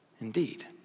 indeed